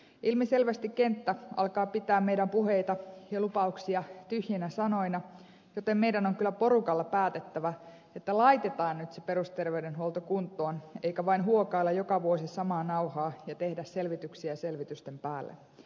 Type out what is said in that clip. ilmiselvästi kenttä alkaa pitää meidän puheitamme ja lupauksiamme tyhjinä sanoina joten meidän pitää kyllä porukalla päättää että laitetaan nyt se perusterveydenhuolto kuntoon eikä vaan huokailla joka vuosi samaa nauhaa ja tehdä selvityksiä selvitysten päälle